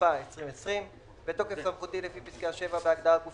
התשפ"א-2020 בתוקף סמכותי לפי פסקה (7) בהגדרה "גוף